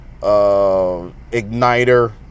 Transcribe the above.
igniter